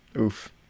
Oof